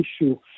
issue